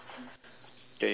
K swee